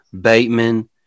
Bateman